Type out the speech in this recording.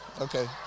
Okay